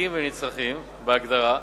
לנזקקים ולנצרכים בהגדרה.